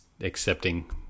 accepting